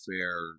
fair